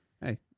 hey